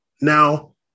Now